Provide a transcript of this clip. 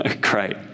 Great